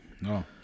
No